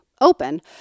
open